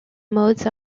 modes